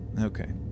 Okay